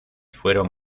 fueron